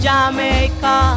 Jamaica